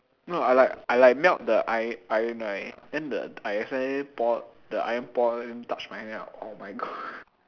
no I like I like melt the iron right then the I accidentally pour the iron pour then touch my hand oh my god